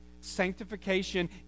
sanctification